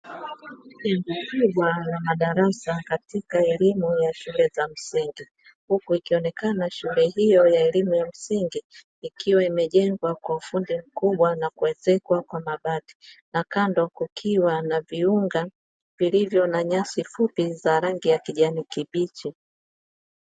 Jengo kubwa la madarasa katika elimu ya shule za msingi huku ikionekana shule hiyo ya elimu ya msingi, ikiwa imejengwa kwa ufundi mkubwa na kuezekwa kwa mabati na kando kukiwa na viunga vilivyo na nyasi fupi na rangi ya kijani kibichi.